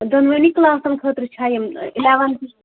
دۄنؤنی کٕلاسَن خٲطرٕ چھا یِم اِلٮ۪ونتھٕچ